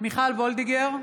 מיכל וולדיגר,